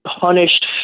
punished